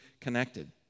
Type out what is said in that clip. connected